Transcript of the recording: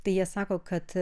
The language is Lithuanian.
tai jie sako kad